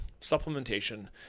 supplementation